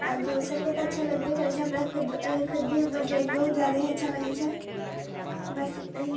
आ दोसरकेँ तऽ अच्छा लगबै करैत छै हमरा खुद खुद भी हमर ड्रॉइंग बहुत ज्यादा ही अच्छा लगै छै बस इतना ही